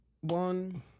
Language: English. one